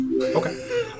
okay